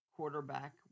quarterback